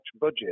budget